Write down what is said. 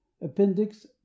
Appendix